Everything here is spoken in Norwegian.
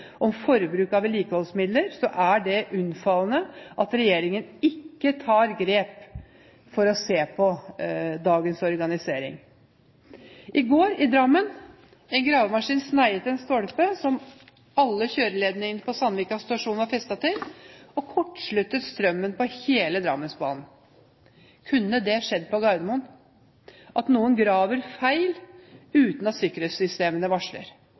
om forbruket av vedlikeholdsmidler, er det unnfallende at regjeringen ikke tar grep for å se på dagens organisering. I går, i Drammen: En gravemaskin sneiet en stolpe som alle kjøreledningene på Sandvika stasjon var festet til, og kortsluttet strømmen på hele Drammensbanen. Kunne det skjedd på Gardermoen at noen graver feil uten at sikkerhetssystemene varsler?